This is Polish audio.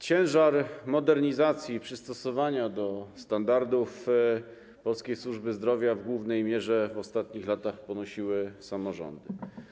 Ciężar modernizacji i przystosowania do standardów polskiej służby zdrowia w głównej mierze w ostatnich latach dźwigały samorządy.